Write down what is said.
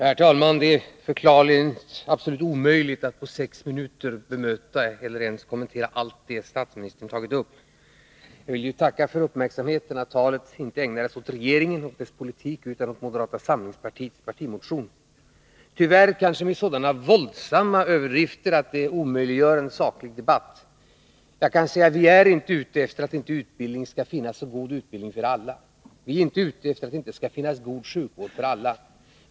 Herr talman! Det är absolut omöjligt att på sex minuter bemöta eller ens kommentera allt det statsministern tagit upp. Jag vill tacka för uppmärksamheten, att talet inte ägnades åt regeringen och dess politik utan åt moderata samlingspartiets partimotion — tyvärr dock kanske med sådana våldsamma överdrifter att det omöjliggör en saklig debatt. Jag kan säga: Vi är inte ute efter att det inte skall finnas god utbildning för alla. Vi är inte ute efter att det inte skall finnas god sjukvård för alla.